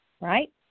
right